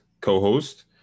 co-host